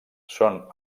són